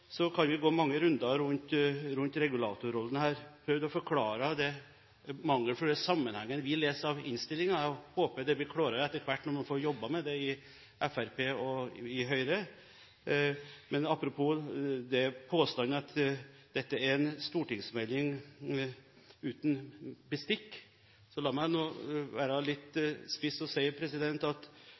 Vi kan gå mange runder rundt regulatorrollen her. Jeg har prøvd å forklare den mangelfulle sammenhengen vi leser av innstillingen, og håper det blir klarere etter hvert når man får jobbet med det i Fremskrittspartiet og i Høyre. Men apropos påstanden om at dette er en stortingsmelding «uten bestikk»: La meg nå være litt spiss og si at da er jeg redd for at